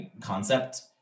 concept